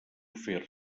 fer